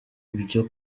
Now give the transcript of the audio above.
ibyo